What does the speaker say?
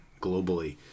globally